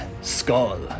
Skull